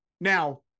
now